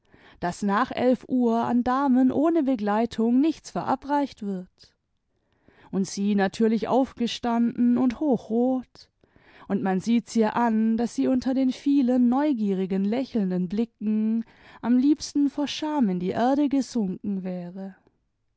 daß nach elf uhr an damen ohne begleitung nichts verabreicht wird und sie natürlich aufgestanden und hoch rot und man sieht's ihr an daß sie unter den vielen neugierigen lächelnden blicken am liebsten vor scham in die erde gesunken wäre